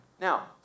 Now